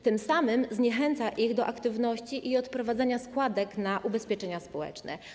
Tym samym zniechęca ich do aktywności i odprowadzania składek na ubezpieczenia społeczne.